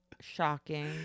Shocking